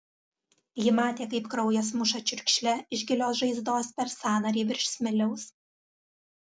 ji matė kaip kraujas muša čiurkšle iš gilios žaizdos per sąnarį virš smiliaus